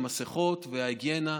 המסכות וההיגיינה,